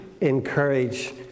encourage